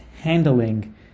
handling